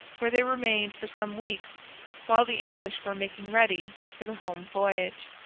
where they remained for some weeks while the english were making ready for the home voyage.